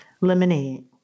Lemonade